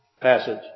passage